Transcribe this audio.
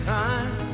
time